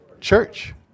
Church